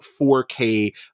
4k